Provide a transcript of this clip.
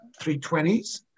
320s